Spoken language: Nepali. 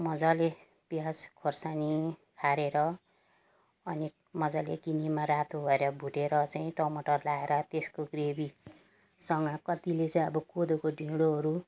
मजाले प्याज खोर्सानी खारेर अनि मजाले किनेमा रातो गरेर भुटेर चाहिँ टमाटर लगाएर त्यसको ग्रेभीसँग कतिले चाहिँ अब कोदोको ढेँडोहरू